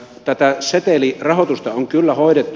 tätä setelirahoitusta on kyllä hoidettu